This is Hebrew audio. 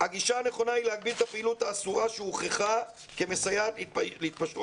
"הגישה הנכונה היא להגביל את הפעילות האסורה שהוכחה כמסייעת להתפשטות